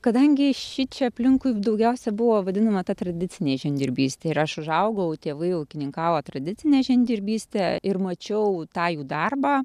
kadangi šičia aplinkui daugiausia buvo vadinama tradicinė žemdirbystė ir aš užaugau tėvai ūkininkavo tradicinę žemdirbystę ir mačiau tą jų darbą